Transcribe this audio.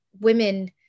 women